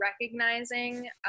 recognizing